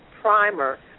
primer